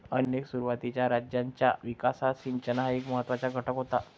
अनेक सुरुवातीच्या राज्यांच्या विकासात सिंचन हा एक महत्त्वाचा घटक होता